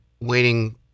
waiting